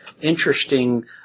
interesting